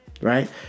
right